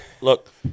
look